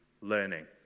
learning